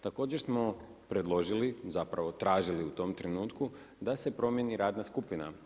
Također smo predložili, zapravo tražili u tom trenutku da se promijeni radna skupina.